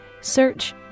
Search